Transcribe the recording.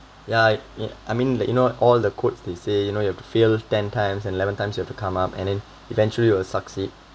yeah I mean like you know all the quotes they say you know you have to fail ten times eleven times you have to come up and then eventually you will succeed